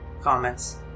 comments